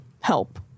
help